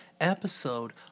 episode